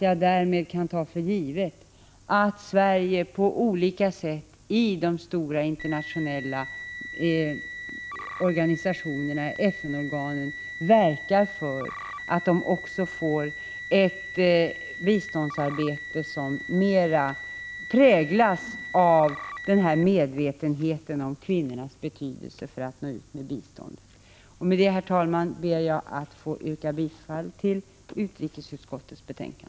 Jag tar för givet att Sverige därmed på olika sätt i de stora internationella organisationerna och FN-organen kommer att verka för att dessas biståndsarbete mera präglas av medvetenheten om kvinnornas betydelse för att nå ut med biståndet. Med detta, herr talman, ber jag att få yrka bifall till utrikesutskottets hemställan.